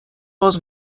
باز